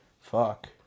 fuck